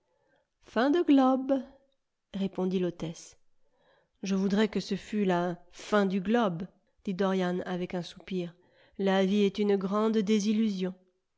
répondit l'hôtesse je voudrais que ce fût la fin du globe dit dorian avec un soupir la vie est une grande désillusion